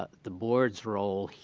ah the board's role,